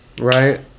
right